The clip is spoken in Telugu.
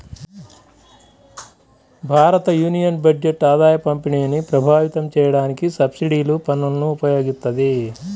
భారతయూనియన్ బడ్జెట్ ఆదాయపంపిణీని ప్రభావితం చేయడానికి సబ్సిడీలు, పన్నులను ఉపయోగిత్తది